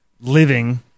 living